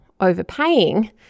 overpaying